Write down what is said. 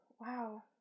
wow